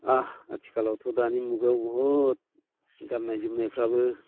आथिखालावथ' दानि मुगायाव बहुद गाननाय जोमनायफ्राबो